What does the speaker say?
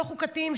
לא חוקתיים,